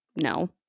No